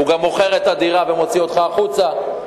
הוא גם מוכר את הדירה ומוציא אותך החוצה.